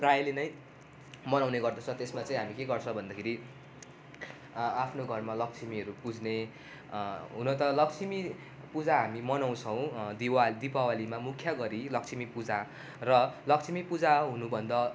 प्रायःले नै मनाउने गर्दछ त्यसमा चाहिँ हामी के गर्छ भन्दाखेरि आ आफ्नो घरमा लक्ष्मीहरू पूज्ने हुन त लक्ष्मी पूजा हामी मनाउँछौँ दिवाली दिपावली मुख्य गरी लक्ष्मी पूजा र लक्ष्मी पूजा हुनुभन्दा